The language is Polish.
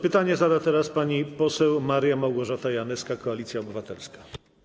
Pytanie zada pani poseł Maria Małgorzata Janyska, Koalicja Obywatelska.